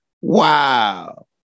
Wow